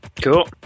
Cool